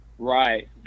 Right